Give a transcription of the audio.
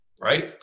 right